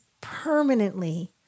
permanently